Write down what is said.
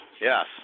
yes